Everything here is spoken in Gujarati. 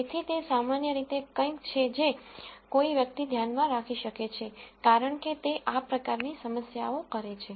તેથી તે સામાન્ય રીતે કંઈક છે જે કોઈ વ્યક્તિ ધ્યાનમાં રાખી શકે છે કારણ કે તે આ પ્રકારની સમસ્યાઓ કરે છે